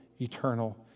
eternal